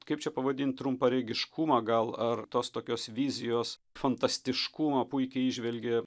kaip čia pavadint trumparegiškumą gal ar tos tokios vizijos fantastiškumą puikiai įžvelgė